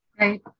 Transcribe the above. Right